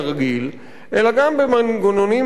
אלא גם במנגנונים מניעתיים,